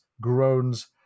groans